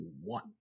One